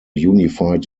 unified